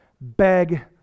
beg